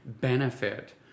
benefit